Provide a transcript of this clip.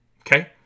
Okay